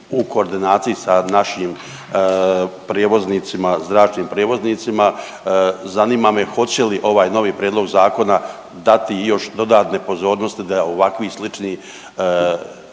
u koordinaciji sa našim prijevoznicima, zračnim prijevoznicima. Zanima me hoće li ovaj novi prijedlog zakona dati i još dodatne pozornosti da je ovakvih sličnih